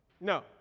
no